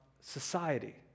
society